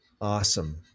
Awesome